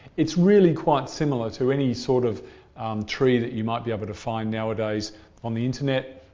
it's really quite similar to any sort of tree that you might be able to find nowadays on the internet,